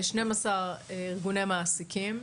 12 ארגוני מעסיקים.